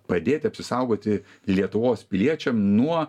padėti apsisaugoti lietuvos piliečiam nuo